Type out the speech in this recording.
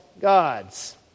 gods